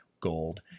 gold